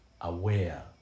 aware